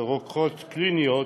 רוקחות קליניות,